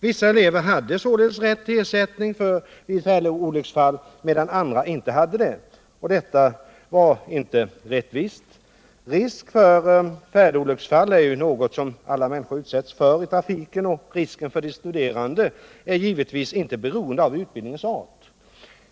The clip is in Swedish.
Vissa elever hade således rätt till ersättning vid färdolycksfall medan andra inte hade det, och detta var inte rättvist. Risk för färdolycksfall är ju något som alla människor utsätts för i trafiken. och risken för de studerande är givetvis inte beroende av utbildningens art.